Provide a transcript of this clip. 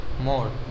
more